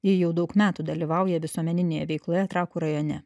ji jau daug metų dalyvauja visuomeninėje veikloje trakų rajone